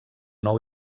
nou